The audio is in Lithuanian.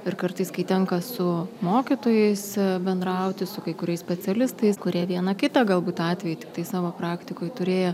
ir kartais kai tenka su mokytojais bendrauti su kai kuriais specialistais kurie viena kita galbūt atvejį tiktai savo praktikoj turėjo